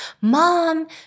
mom